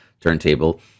turntable